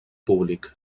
públic